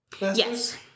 Yes